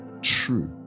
true